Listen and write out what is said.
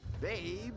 Babe